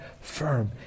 firm